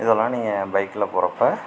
இதெல்லாம் நீங்கள் பைக்கில் போறப்போ